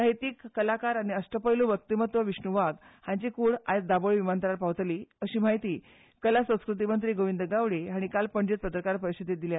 साहित्यीक कलाकार आनी अश्टपैलू व्यक्तीमत्व विश्णू वाघ हांची कूड आयज दोबोळे विमानतळार पावतली अशी माहिती कला संस्कृती मंत्री गोविंद गावडे हांणी काल पणजेंत पत्रकारांक दिली